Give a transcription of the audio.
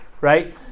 right